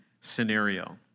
scenario